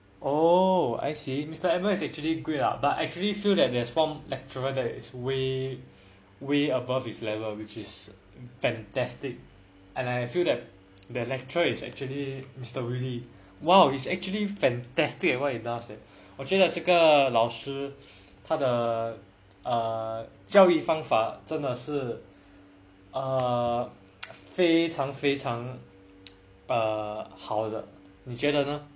oh I see mr edmund is actually good lah but actually feel that there's one lecturer that is way way above his level which is fantastic and I feel that the lecturer is actually mr willy !wow! he's actually fantastic at what he does eh like 我觉这个老师他的教育方法真的是非常非常好的你觉得呢